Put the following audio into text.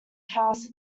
house